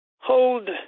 hold